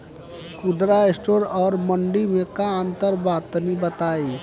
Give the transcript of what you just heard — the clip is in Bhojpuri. खुदरा स्टोर और मंडी में का अंतर बा तनी बताई?